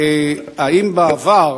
אם בעבר,